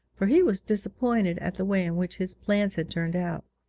for he was disappointed at the way in which his plans had turned out.